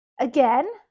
Again